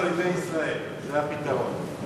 באויבי ישראל, זה הפתרון.